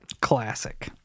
Classic